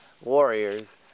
warriors